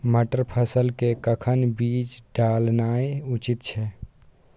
मटर फसल के कखन बीज डालनाय उचित छै?